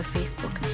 Facebook